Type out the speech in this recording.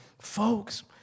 folks